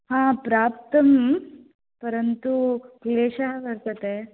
हा प्राप्तं परन्तु क्लेशः वर्तते